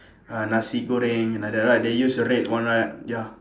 ah nasi goreng like that right they use the red one right ya